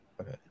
Okay